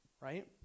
Right